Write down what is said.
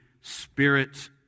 spirit